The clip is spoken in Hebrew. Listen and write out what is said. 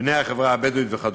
בני החברה הבדואית וכדומה.